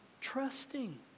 trusting